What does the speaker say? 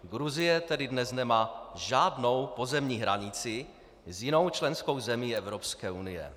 Gruzie tedy dnes nemá žádnou pozemní hranici s jinou členskou zemí Evropské unie.